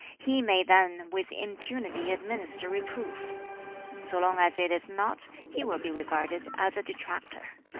he may then with impunity administer reproof so long as it is not, he will be regarded as a detractor.